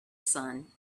sun